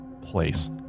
place